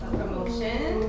promotion